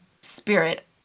spirit